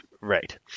Right